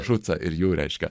žutsą ir jų reiškia